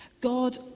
God